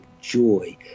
joy